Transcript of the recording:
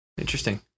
Interesting